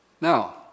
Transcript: Now